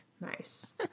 Nice